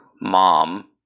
mom